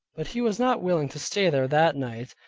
but he was not willing to stay there that night,